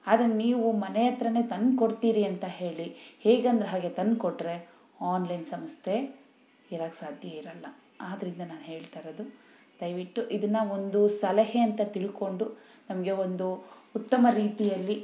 ಆದರೆ ನೀವು ಮನೆ ಹತ್ರ ತಂದ್ಕೊಡ್ತೀರಿ ಅಂತ ಹೇಳಿ ಹೇಗೆ ಅಂದರೆ ಹಾಗೆ ತಂದುಕೊಟ್ರೆ ಆನ್ಲೈನ್ ಸಂಸ್ಥೆ ಇರಕ್ಕೆ ಸಾಧ್ಯ ಇರೋಲ್ಲ ಆದ್ದರಿಂದ ನಾನು ಹೇಳ್ತಾಯಿರೋದು ದಯವಿಟ್ಟು ಇದನ್ನ ಒಂದು ಸಲಹೆ ಅಂತ ತಿಳ್ಕೊಂಡು ನಮಗೆ ಒಂದು ಉತ್ತಮ ರೀತಿಯಲ್ಲಿ